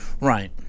Right